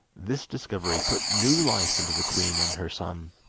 this discovery put new life into the queen and her son,